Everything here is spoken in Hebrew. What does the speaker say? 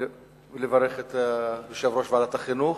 ולברך את יושב-ראש ועדת החינוך.